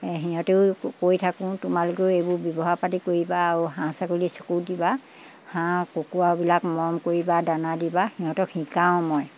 সিহঁতেও কৈ থাকোঁ তোমালোকেও এইবোৰ ব্যৱহাৰ পাতি কৰিবা আৰু হাঁহ ছাগলী চকু দিবা হাঁহ কুকুৰাবিলাক মৰম কৰিবা দানা দিবা সিহঁতক শিকাওঁ মই